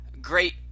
great